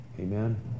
Amen